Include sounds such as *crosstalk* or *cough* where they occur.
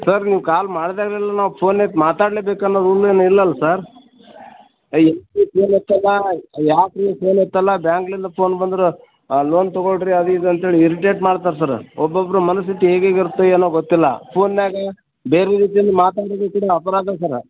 sir ನೀವು call ಮಾಡಿದಾಗ್ಲೆಲ್ಲ ನಾವು ಫೋನ್ ಎತ್ತಿ ಮಾತಾಡ್ಲೇಬೇಕು ಅನ್ನೊ ರೂಲ್ ಏನು ಇಲಲ್ಲ ಸರ್ ಏ *unintelligible* ಯಾಕೆ ರೀ ಫೋನ್ ಎತ್ತಲ್ಲ ಬ್ಯಾಂಕ್ಯಿಂದ ಫೋನ್ ಬಂದರು ಆ ಲೋನ್ ತಗೊಳ್ಳಿ ರೀ ಅದು ಇದು ಅಂತೇಳಿ ಇರಿಟೇಟ್ ಮಾಡ್ತರೆ ಸರ್ ಒಬ್ಬೊಬ್ಬರ ಮನಸ್ಥಿತಿ ಹೇಗ್ ಹೇಗ್ ಇರತ್ತೊ ಏನೋ ಗೊತ್ತಿಲ್ಲ ಫೋನ್ನಾಗೆ ಬೇರೆ ರೀತಿಂದ ಮಾತಾಡಿದರು ಕೂಡ ಅಪರಾಧ ಸರ